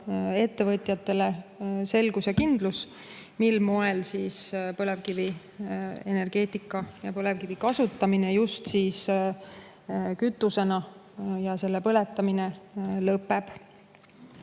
ettevõtjatele selgus ja kindlus, mil moel siis põlevkivienergeetika ning põlevkivi kasutamine just kütusena ja selle põletamine lõpeb.